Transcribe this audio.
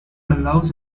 allows